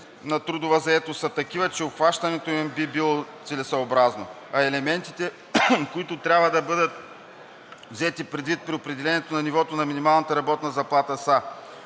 на трудова заетост са такива, че обхващането им би било целесъобразно, а елементите, които трябва да бъдат взети предвид при определянето на нивото на минималната работна заплата, са: